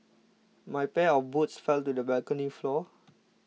my pair of boots fell to the balcony floor